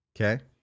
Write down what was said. Okay